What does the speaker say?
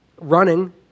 running